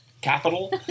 capital